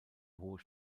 hohe